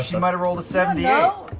so might've rolled a seventy ah